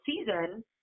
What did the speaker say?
season